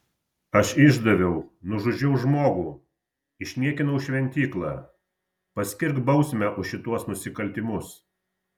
aš išdaviau nužudžiau žmogų išniekinau šventyklą paskirk bausmę už šituos nusikaltimus